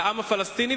לעם הפלסטיני,